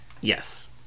yes